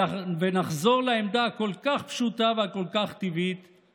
ונחזור לעמדה הפשוטה כל כך והטבעית כל כך,